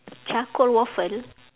charcoal waffle